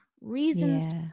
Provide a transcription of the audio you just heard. reasons